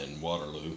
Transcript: Waterloo